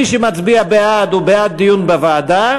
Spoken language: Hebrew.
מי שמצביע בעד הוא בעד דיון בוועדה.